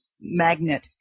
magnet